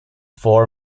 four